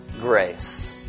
grace